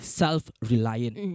self-reliant